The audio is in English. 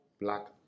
black